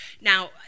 Now